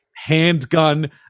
Handgun